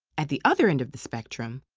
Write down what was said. at the other end of the spectrum,